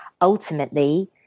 Ultimately